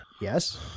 Yes